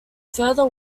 further